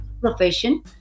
profession